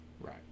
Right